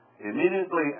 Immediately